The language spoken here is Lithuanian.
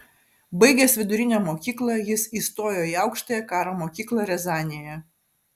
baigęs vidurinę mokyklą jis įstojo į aukštąją karo mokyklą riazanėje